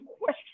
question